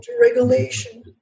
regulation